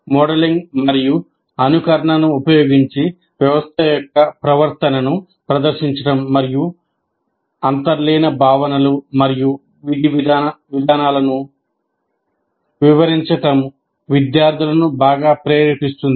modelling ముందు అనుకరణను ఉపయోగించి వ్యవస్థ యొక్క ప్రవర్తనను ప్రదర్శించడం మరియు అంతర్లీన భావనలు మరియు విధానాలను వివరించడం విద్యార్థులను బాగా ప్రేరేపిస్తుంది